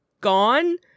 gone